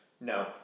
No